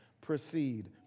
proceed